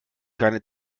keine